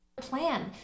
plan